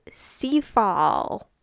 Seafall